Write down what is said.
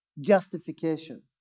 Justification